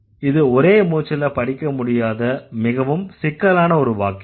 இது ஒரே மூச்சில் படிக்க முடியாத மிகவும் சிக்கலான ஒரு வாக்கியம்